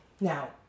Now